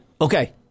okay